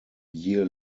year